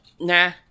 nah